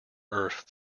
earth